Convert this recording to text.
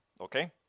okay